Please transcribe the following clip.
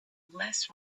less